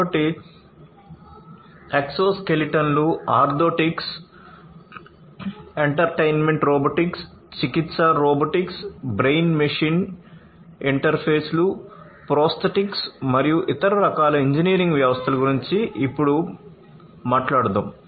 కాబట్టి ఎక్సోస్కెలిటన్లు orthotics entertainment robotics చికిత్సా రోబోటిక్స్ బ్రెయిన్ మెషిన్ ఇంటర్ఫేస్లు ప్రోస్తేటిక్స్ మరియు ఇతర రకాల ఇంజనీరింగ్ వ్యవస్థల గురించి ఇప్పుడు మాట్లాడుదాం